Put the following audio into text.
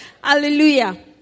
Hallelujah